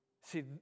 See